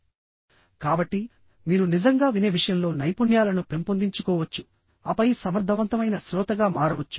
కాబట్టి మీరు నిజంగా వినే విషయంలో నైపుణ్యాలను పెంపొందించుకోవచ్చు ఆపై సమర్థవంతమైన శ్రోతగా మారవచ్చు